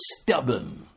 stubborn